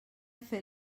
fet